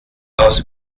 aus